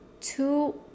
two